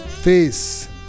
Face